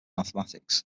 mathematics